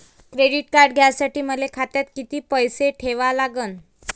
Credit card घ्यासाठी मले खात्यात किती पैसे ठेवा लागन?